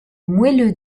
moelleux